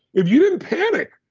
if you didn't panic,